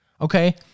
Okay